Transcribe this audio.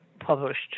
published